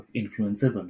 influencer